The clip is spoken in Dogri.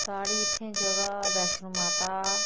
साढ़ी इत्थै जगह् बैश्णो माता